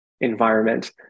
environment